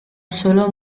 solo